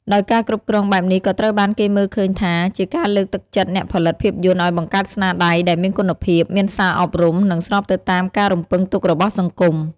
ដោយការគ្រប់គ្រងបែបនេះក៏ត្រូវបានគេមើលឃើញថា ជាការលើកទឹកចិត្តអ្នកផលិតភាពយន្តឲ្យបង្កើតស្នាដៃដែលមានគុណភាព មានសារអប់រំ និងស្របទៅតាមការរំពឹងទុករបស់សង្គម។